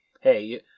hey